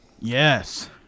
Yes